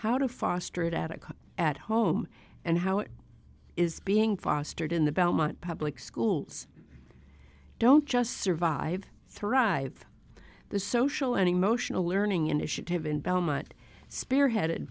how to foster it at a cut at home and how it is being fostered in the belmont public schools don't just survive thrive the social and emotional learning initiative in belmont spearheaded